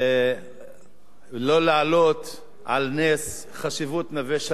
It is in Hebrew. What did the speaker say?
לא להעלות על נס את חשיבות נווה-שלום,